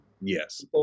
Yes